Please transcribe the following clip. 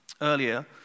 earlier